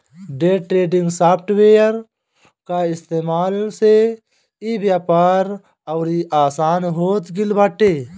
day trading software कअ इस्तेमाल से इ व्यापार अउरी आसन हो गिल बाटे